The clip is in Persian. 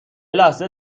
لحظه